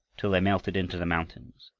till they melted into the mountains,